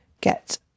get